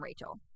Rachel